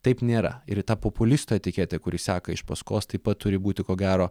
taip nėra ir ta populistų etiketė kuri seka iš paskos taip pat turi būti ko gero